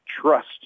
Trust